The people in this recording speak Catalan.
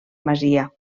masia